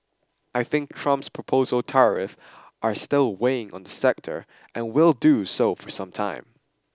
I think Trump's proposed tariffs are still weighing on the sector and will do so for some time